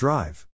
Drive